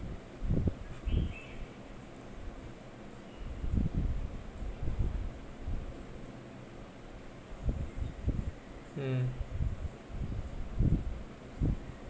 mm